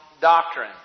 doctrine